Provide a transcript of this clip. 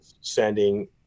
sending